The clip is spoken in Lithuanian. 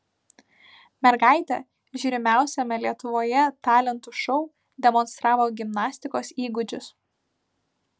mergaitė žiūrimiausiame lietuvoje talentų šou demonstravo gimnastikos įgūdžius